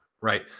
right